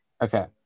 Okay